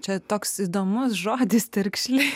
čia toks įdomus žodis terkšlė